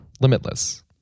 limitless